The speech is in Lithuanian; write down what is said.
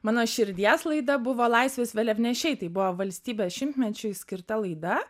mano širdies laida buvo laisvės vėliavnešiai tai buvo valstybės šimtmečiui skirta laida